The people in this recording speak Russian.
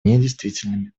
недействительными